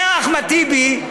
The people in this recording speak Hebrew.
אומר אחמד טיבי: